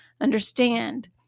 understand